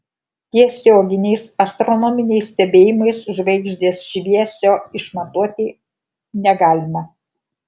tiesioginiais astronominiais stebėjimais žvaigždės šviesio išmatuoti negalima